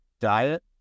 diet